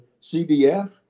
CDF